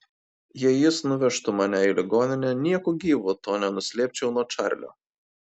jei jis nuvežtų mane į ligoninę nieku gyvu to nenuslėpčiau nuo čarlio